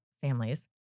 families